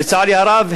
לצערי הרב,